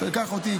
קח אותי,